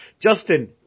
Justin